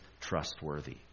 trustworthy